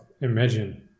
imagine